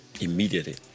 immediately